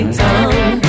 tongue